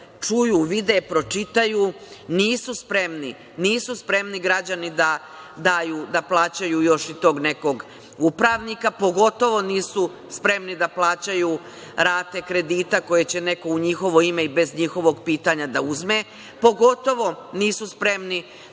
čuju, vide, pročitaju, nisu spremni građani da daju, da plaćaju još i tog nekog upravnika. Pogotovo, nisu spremni da plaćaju rate kredita koje će neko u njihovo ime i bez njihovog pitanja da uzme. Nisu spremni